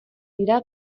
dira